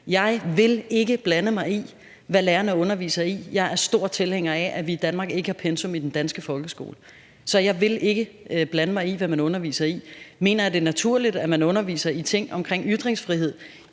Jeg vil ikke blande mig i, hvad lærerne underviser i. Jeg er stor tilhænger af, at vi i Danmark ikke har pensum i den danske folkeskole, så jeg vil ikke blande mig i, hvad man underviser i. Mener jeg, det er naturligt, at man underviser i ting omkring ytringsfrihed,